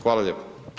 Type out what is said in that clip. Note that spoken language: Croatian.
Hvala lijepo.